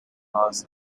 laws